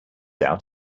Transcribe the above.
out